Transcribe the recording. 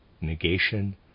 negation